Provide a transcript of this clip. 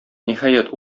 ниһаять